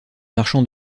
marchand